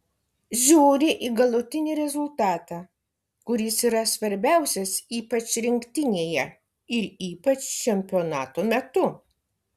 žiūri į galutinį rezultatą kuris yra svarbiausias ypač rinktinėje ir ypač čempionato metu